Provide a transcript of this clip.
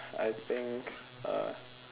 I think uh